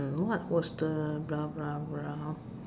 what was the blah blah blah